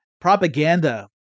propaganda